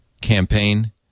campaign